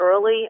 early